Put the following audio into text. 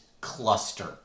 cluster